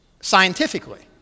scientifically